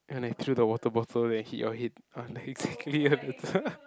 and I threw the water bottle and hit your head on exactly